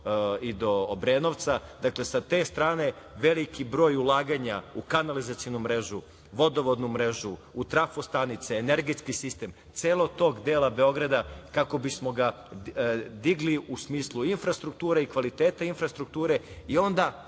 i do Obrenovca. Dakle, sa te strane veliki broj ulaganja u kanalizacionu mrežu, vodovodnu mrežu, u trafostanice, energetski sistem celog tog dela Beograda kako bismo ga digli u smislu infrastrukture i kvaliteta infrastrukture i onda